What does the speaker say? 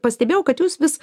pastebėjau kad jūs vis